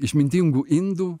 išmintingų indų